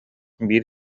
биир